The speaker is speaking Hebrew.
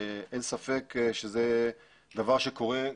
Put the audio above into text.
אין ספק שזה דבר שקורה,